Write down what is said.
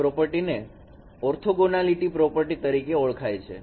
આ પ્રોપર્ટીને orthogonality property તરીકે ઓળખાય છે